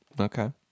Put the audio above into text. Okay